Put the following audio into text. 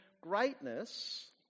greatness